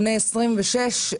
בני 26,